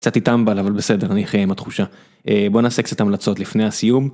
קצת איתם אבל בסדר אני אחיה עם התחושה, בוא נעשה קצת המלצות לפני הסיום.